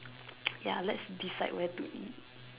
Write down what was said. ya let's decide where to eat